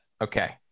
Okay